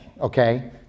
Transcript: okay